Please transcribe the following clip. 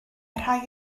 rhai